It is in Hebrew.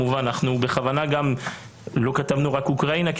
אנחנו בכוונה לא כתבנו רק אוקראינה כי